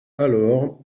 alors